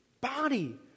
body